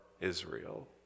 Israel